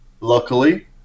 luckily